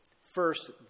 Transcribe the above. first